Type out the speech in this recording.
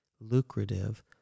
lucrative